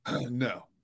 No